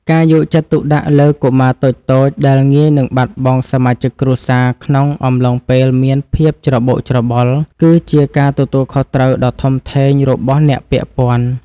ការយកចិត្តទុកដាក់លើកុមារតូចៗដែលងាយនឹងបាត់បង់សមាជិកគ្រួសារក្នុងអំឡុងពេលមានភាពច្របូកច្របល់ គឺជាការទទួលខុសត្រូវដ៏ធំធេងរបស់អ្នកពាក់ព័ន្ធ។